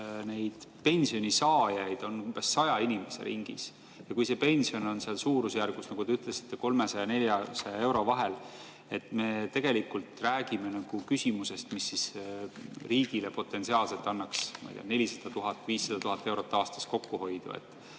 pensionisaajaid on saja inimese ringis, ja kui see pension on suurusjärgus, nagu te ütlesite, 300 ja 400 euro vahel, siis me tegelikult räägime küsimusest, mis riigile potentsiaalselt annaks 400 000 – 500 000 eurot aastas kokkuhoidu?